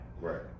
Right